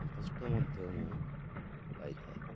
ସନ୍ତୁଷ୍ଟ ମଧ୍ୟ ମୁଁ ପାଇଥାଏ